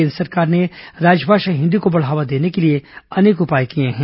केन्द्र सरकार ने राजभाषा हिंदी को बढ़ावा देने के अनेक उपाय किये हैं